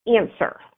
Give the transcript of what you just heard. answer